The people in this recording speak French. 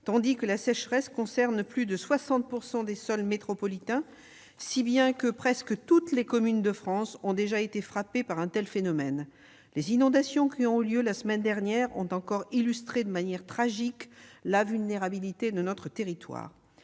tandis que la sécheresse concerne plus de 60 % des sols métropolitains, si bien que presque toutes les communes de France ont déjà été frappées par un tel phénomène. Les inondations survenues la semaine dernière ont encore illustré de manière tragique la vulnérabilité de notre territoire.